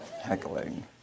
Heckling